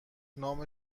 نام